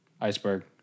Iceberg